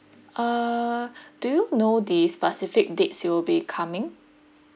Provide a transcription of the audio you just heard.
uh do you know the specific dates you will be coming